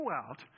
out